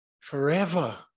forever